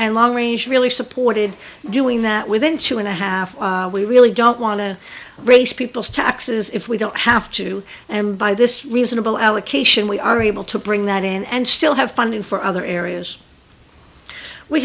and long range really supported doing that within two and a half we really don't want to raise people's taxes if we don't have to and by this reasonable allocation we are able to bring that in and still have funding for other areas we